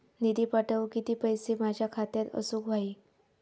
निधी पाठवुक किती पैशे माझ्या खात्यात असुक व्हाये?